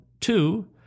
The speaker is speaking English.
two